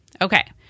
Okay